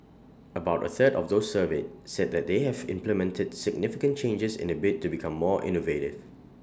about A third of those surveyed said that they have implemented significant changes in A bid to become more innovative